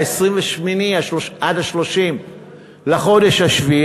28 עד 30 לחודש השביעי,